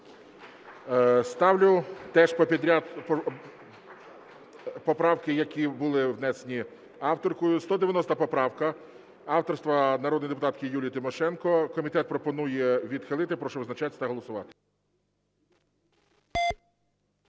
Ставлю теж підряд поправки, які були внесені авторкою. 190 поправка авторства народної депутатки Юлії Тимошенко. Комітет пропонує відхилити. Прошу визначатись та голосувати.